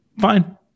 fine